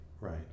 right